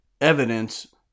evidence